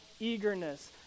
Eagerness